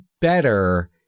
better